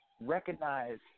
recognize